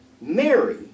Mary